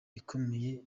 ikomeye